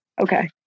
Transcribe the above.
okay